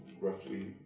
roughly